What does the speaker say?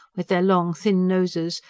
with their long, thin noses,